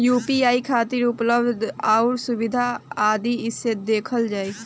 UPI खातिर उपलब्ध आउर सुविधा आदि कइसे देखल जाइ?